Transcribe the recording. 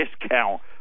discount